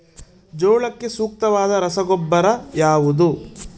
ಜೋಳಕ್ಕೆ ಸೂಕ್ತವಾದ ರಸಗೊಬ್ಬರ ಯಾವುದು?